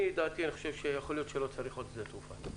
לדעתי יכול להיות שלא צריך עוד שדה תעופה.